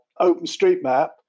OpenStreetMap